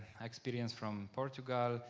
experience from portugal,